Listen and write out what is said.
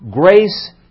grace